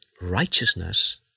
righteousness